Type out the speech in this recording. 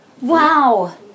Wow